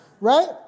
Right